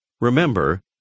Remember